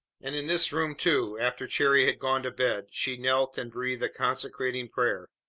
and in this room, too, after cherry had gone to bed, she knelt and breathed a consecrating prayer.